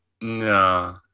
no